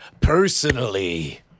personally